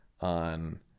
on